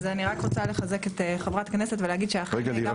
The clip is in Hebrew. גם לי יש